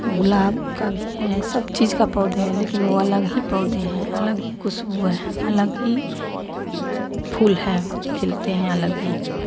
गुलाब का भी है सब चीज का पौधे है लेकिन वो अलग ही पौधे हैं अलग ही खुशबू है अलग ही फूल है खिलते हैं अलग ही